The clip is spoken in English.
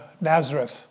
Nazareth